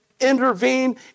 intervene